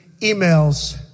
emails